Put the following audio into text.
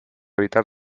evitar